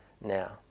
now